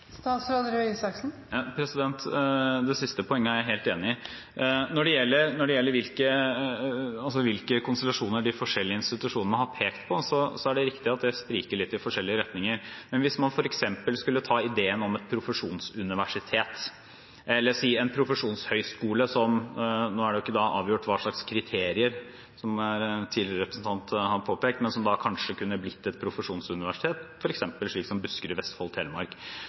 Det siste poenget er jeg helt enig i. Når det gjelder hvilke konstellasjoner de forskjellige institusjonene har pekt på, er det riktig at det spriker litt i forskjellige retninger. Men hvis man f.eks. skulle ta ideen om et profesjonsuniversitet, eller si en profesjonshøyskole – det er ikke avgjort hva slags kriterier, som representanten tidligere har påpekt – som kanskje kunne blitt et profesjonsuniversitet, f.eks. slik som Buskerud, Vestfold, Telemark,